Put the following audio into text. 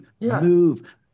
move